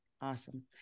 Awesome